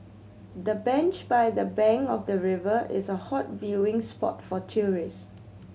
the bench by the bank of the river is a hot viewing spot for tourist